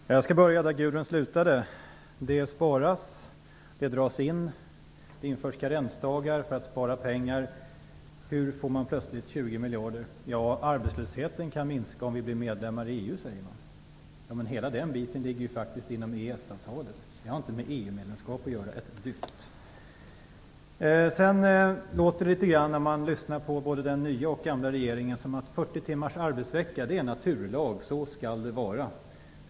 Herr talman! Jag skall börja där Gudrun Schyman slutade. Det sparas, det dras in, det införs karensdagar för att spara pengar. Hur får man plötsligt 20 miljarder? Man säger att arbetslösheten kan minska om vi blir medlemmar i EU. Men hela den biten ligger ju faktiskt inom EES-avtalet! Det har inte ett dyft med EU-medlemskap att göra. När man lyssnar både på den nya och på den gamla regeringen låter det litet grand som om 40 timmars arbetsvecka är en naturlag. Så skall det vara.